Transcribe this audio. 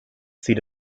seat